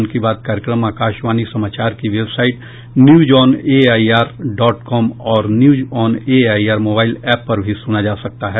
मन की बात कार्यक्रम आकाशवाणी समाचार की वेबसाइट न्यूजऑनएआईआर डॉट कॉम और न्यूजऑनएआईआर मोबाईल एप पर भी सुना जा सकता है